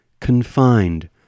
Confined